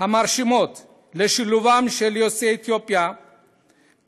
המרשימות לשילובם של יוצאי אתיופיה עדיין